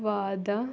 ವಾದ